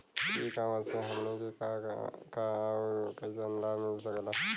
ई कॉमर्स से हमनी के का का अउर कइसन लाभ मिल सकेला?